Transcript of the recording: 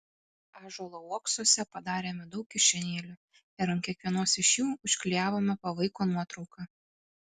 ąžuolo uoksuose padarėme daug kišenėlių ir ant kiekvienos iš jų užklijavome po vaiko nuotrauką